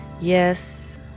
yes